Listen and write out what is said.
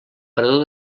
parador